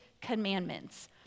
commandments